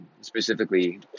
specifically